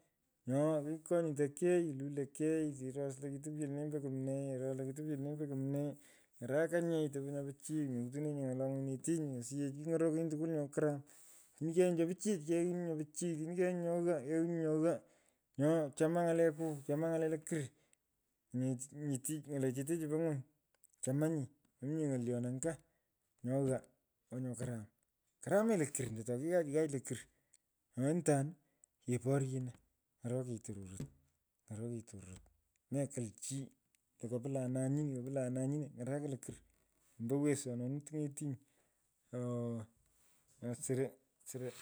Nyoo kikonyutakei kilulei kei. iros lo kitopyo lone ombo kumnee. ros lo kitopyo lenee ombo kumnee. ny’arakanyi topyo nyo pichiy. menyutenyenyinye ny’ala ng’unyinetenyi. osiyech king’orokinyi tukwol nyo karam; otini keghianyi cho pichioyech keunyi cho pichiyech. otini keghunyi nyo ghaa keunyi. nyo ghaa. nyo chama ng’uleku. chama ng’alee lokurr ng’alech chu po ngwuny. chamanyi. mominye ng’olyon anga nye ghaa nyo nyo karam karamach lokurr ando tokighaach ghaach lokurr nyoo ontan keporyeno ng’oroki tororot ng’oroki tororot mekwul chi lo kaplanai nyi kaplanai nyi ny’araka lokurr ombo oweshononi tiny’etinyi ooo nyo soro soro.